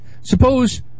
Suppose